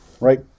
right